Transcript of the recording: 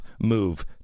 move